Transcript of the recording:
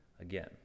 again